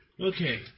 Okay